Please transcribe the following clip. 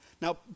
Now